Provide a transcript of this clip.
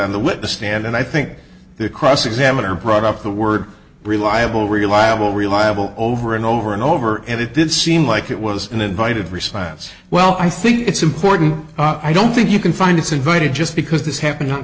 on the witness stand and i think there cross examine or brought up the word reliable reliable reliable over and over and over and it did seem like it was an invited response well i think it's important i don't think you can find it's invited just because this happened